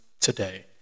today